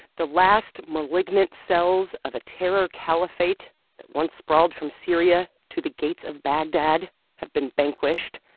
the last malignant cells of a terror caliphate that once sprawled from syria to the gates of baghdad have been vanquished.